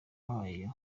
wayo